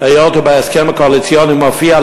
היות שבהסכם הקואליציוני מופיע,